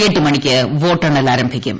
എട്ടു മണിക്ക് വോട്ടെണ്ണൽ ആരംഭിക്കും